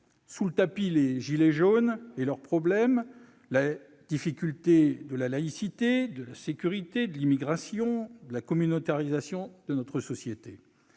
Sous le tapis les gilets jaunes et leurs problèmes, les difficultés en matière de laïcité, de sécurité, d'immigration, la communautarisation de notre société